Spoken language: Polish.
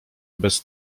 bez